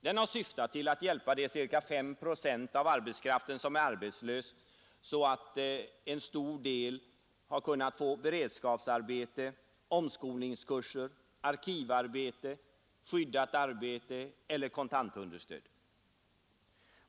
Den har syftat till att hjälpa de ca fem procent av arbetskraften som är arbetslösa, så att en stor del kunnat få beredskapsarbete, omskolningskurser, arkivarbete, skyddat arbete eller kontantunderstöd.